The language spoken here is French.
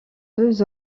deux